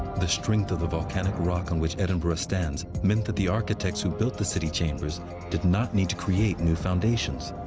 the strength of the volcanic rock on which edinburgh stands meant that the architects who built the city chambers did not need to create new foundations.